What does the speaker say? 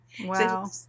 Wow